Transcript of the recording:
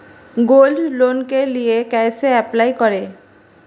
Gold loan के लिए कैसे अप्लाई करें?